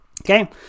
Okay